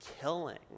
killing